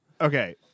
Okay